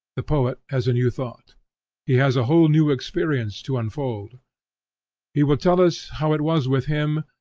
the poet has a new thought he has a whole new experience to unfold he will tell us how it was with him,